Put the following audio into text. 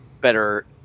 better